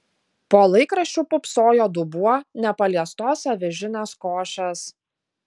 po laikraščiu pūpsojo dubuo nepaliestos avižinės košės